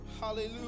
Hallelujah